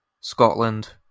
Scotland